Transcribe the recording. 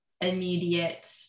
immediate